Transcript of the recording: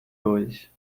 durch